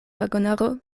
vagonaro